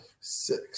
Six